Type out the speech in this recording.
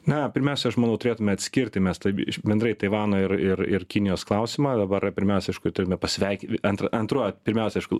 na pirmiausia aš manau turėtume atskirti mes taip bendrai taivano ir ir ir kinijos klausimą dabar pirmiausia aišku turime pasveikin antrą antru vat pirmiausia aišku